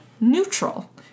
neutral